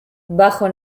bajo